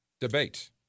debate